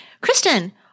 Kristen